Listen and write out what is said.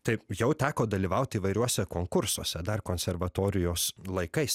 taip jau teko dalyvaut įvairiuose konkursuose dar konservatorijos laikais